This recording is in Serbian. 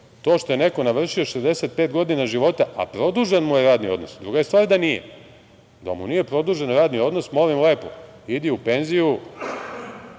To što je neko navršio 65 godina života, a produžen mu je radni odnos, druga je stvar da nije, da mu nije produžen radni odnos molim lepo idi u penziju,